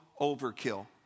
overkill